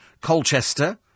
Colchester